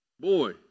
Boy